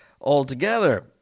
altogether